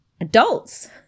adults